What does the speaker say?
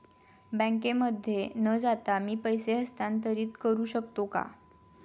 बँकेमध्ये न जाता मी पैसे हस्तांतरित करू शकतो का?